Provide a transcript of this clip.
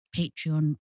Patreon